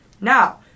Now